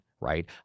right